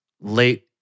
late